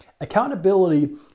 Accountability